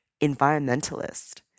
environmentalist